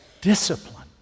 discipline